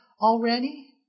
already